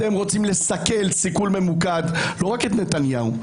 אתם רוצים לסכל סיכול ממוקד לא רק את נתניהו.